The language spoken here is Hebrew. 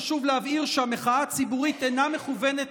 חשוב להבהיר שהמחאה הציבורית אינה מכוונת